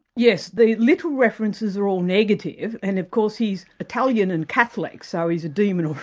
yes, the little references are all negative, and of course he's italian and catholic, so he's a demon